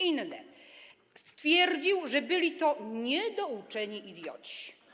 Inny stwierdził, że byli to niedouczeni idioci.